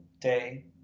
day